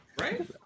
Right